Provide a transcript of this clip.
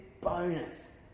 bonus